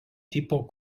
tipo